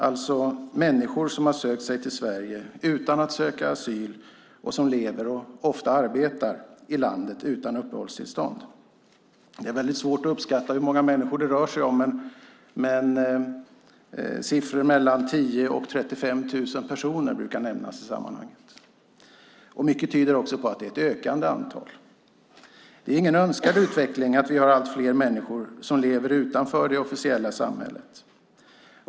Det är människor som har sökt sig till Sverige utan att söka asyl och som lever och ofta arbetar i landet utan uppehållstillstånd. Det är väldigt svårt att uppskatta hur många människor det rör sig om, men mellan 10 000 och 35 000 brukar nämnas i sammanhanget. Mycket tyder på att det är ett ökande antal. Det är ingen önskvärd utveckling att allt fler människor lever utanför det officiella samhället.